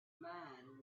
man